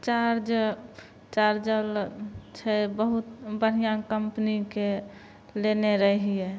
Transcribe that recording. charger charger छै बहुत बढ़िऑ कम्पनीके लेने रहिए